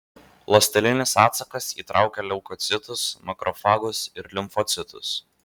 ląstelinis atsakas įtraukia leukocitus makrofagus ir limfocitus